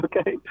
okay